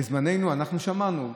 בזמננו, אנחנו שמענו.